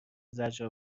زجر